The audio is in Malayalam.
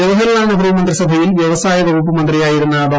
ജവഹർലാൽ നെഹ്റു മന്ത്രിസഭയിൽ വ്യവസായ വകുപ്പ് മന്ത്രിയായിരുന്ന ഡോ